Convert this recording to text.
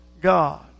God